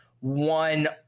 one